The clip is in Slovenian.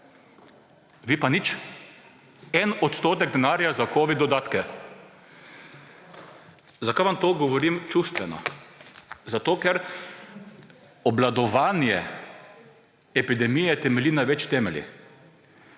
Vi pa nič. En odstotek denarja za covid dodatke. Zakaj vam to govorim čustveno? Zato, ker obvladovanje epidemije temelji na več temeljih.